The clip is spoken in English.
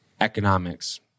economics